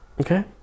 Okay